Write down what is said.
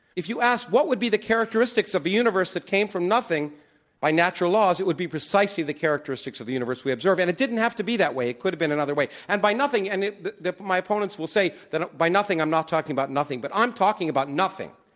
if you asked, what would be the characteristics of the universe that came from nothing by natural laws? it would be precisely the characteristics of the universe we observe, and it didn't have to be that way. it could have been another way. and by nothing and it the the my opponents will say that by nothing, i'm not talking about nothing, but i'm talking about nothing,